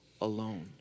alone